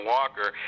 Walker